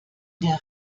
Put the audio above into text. der